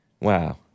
Wow